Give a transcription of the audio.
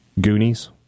Goonies